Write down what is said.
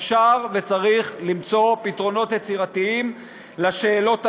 אפשר וצריך למצוא פתרונות יצירתיים לשאלות הללו.